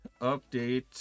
update